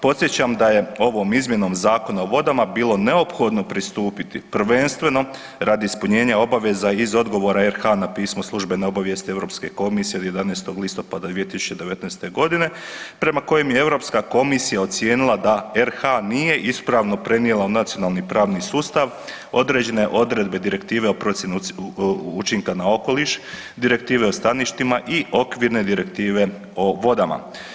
Podsjećam da je ovom izmjenom Zakona o vodama bilo neophodno pristupiti prvenstveno radi ispunjenja obaveza iz odgovora RH na pismo službene obavijesti Europske komisije od 11. listopada 2019.g. prema kojem je Europska komisija ocijenila da RH nije ispravno prenijela u nacionalni pravni sustav određene odredbe Direktive o procjeni učinka na okoliš, Direktive o staništima i Okvirne direktive o vodama.